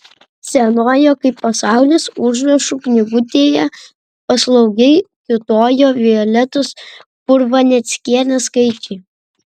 senoje kaip pasaulis užrašų knygutėje paslaugiai kiūtojo violetos purvaneckienės skaičiai